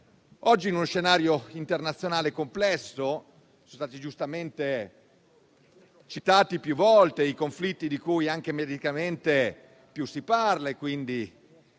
Oggi, in uno scenario internazionale complesso, sono stati giustamente citati più volte i conflitti di cui anche mediaticamente più si parla, come